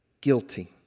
guilty